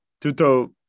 tuto